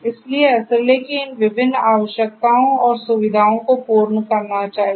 इसलिए SLA को इन विभिन्न आवश्यकताओं और सुविधाओं को पूर्ण करना चाहिए